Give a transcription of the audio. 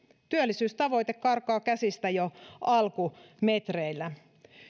työllisyystavoite karkaa käsistä jo alkumetreillä